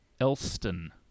Elston